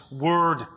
word